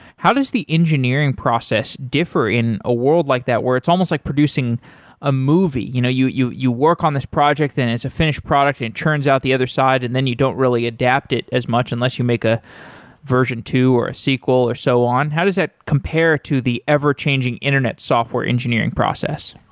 how does the engineering process differ in a world like that, where it's almost like producing a movie? you know you you work on this project, then it's a finished product and turns out the other side and then you don't really adapt it as much, unless you make a version two, or a sequel or so on. how does that compare to the ever changing internet software engineering process?